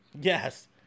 Yes